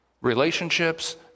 Relationships